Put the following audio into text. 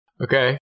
Okay